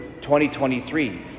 2023